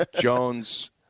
Jones